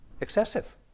excessive